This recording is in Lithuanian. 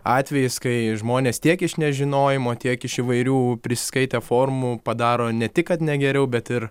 atvejais kai žmonės tiek iš nežinojimo tiek iš įvairių prisiskaitę forumų padaro ne tik kad ne geriau bet ir